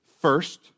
First